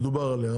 שדובר עליה?